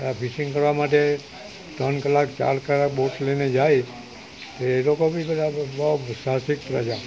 આ ફિશિંગ કરવા માટે ત્રણ કલાક ચાર કલાક બોટ લઇને જાય તે એ લોકો બી બધા બહુ સાહસિક પ્રજા